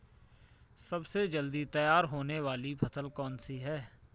सबसे जल्दी तैयार होने वाली फसल कौन सी है?